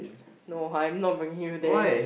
no I will not bring you there